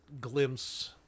glimpse